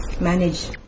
manage